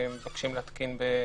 קל וחומר שהם צריכים להיות בחוק